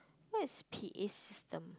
what is P_A system